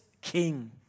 king